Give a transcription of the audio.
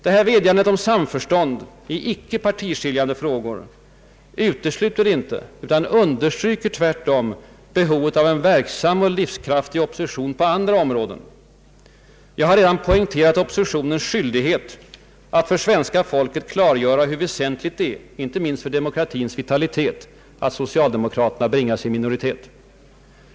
Detta vädjande om samförstånd i icke partiskiljande frågor utesluter inte utan understryker tvärtom behovet av en verksam, livskraftig opposition på andra områden. Jag har redan poängterat oppositionens skyldighet att för svenska folket klargöra hur väsentligt det är — inte minst för demokratins vitalitet — att socialdemokraterna bringas i minoritet.